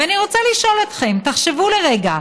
ואני רוצה לשאול אתכם, תחשבו לרגע: